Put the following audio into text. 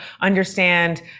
understand